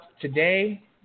today